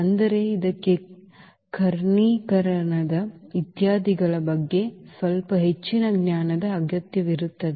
ಆದರೆ ಇದಕ್ಕೆ ಕರ್ಣೀಕರಣದ ಇತ್ಯಾದಿಗಳ ಬಗ್ಗೆ ಸ್ವಲ್ಪ ಹೆಚ್ಚಿನ ಜ್ಞಾನದ ಅಗತ್ಯವಿರುತ್ತದೆ